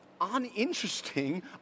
uninteresting